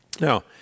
Now